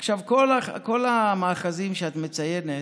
עכשיו, כל המאחזים שאת מציינת,